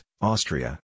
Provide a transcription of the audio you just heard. Austria